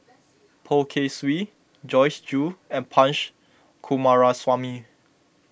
Poh Kay Swee Joyce Jue and Punch Coomaraswamy